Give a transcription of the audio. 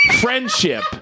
Friendship